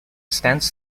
stands